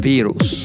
Virus